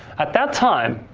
at that time,